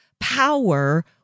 power